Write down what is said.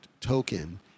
token